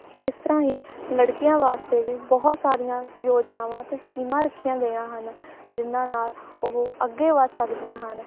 ਇਸ ਤਰ੍ਹਾਂ ਹੀ ਲੜਕੀਆਂ ਵਾਸਤੇ ਵੀ ਬਹੁਤ ਸਾਰੀਆਂ ਯੋਜਨਾਵਾਂ ਅਤੇ ਸਕੀਮਾਂ ਰੱਖੀਆਂ ਗਈਆਂ ਹਨ ਜਿਹਨਾਂ ਨਾਲ ਉਹ ਅੱਗੇ ਵੱਧ ਸਕਦੀਆਂ ਹਨ